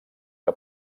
que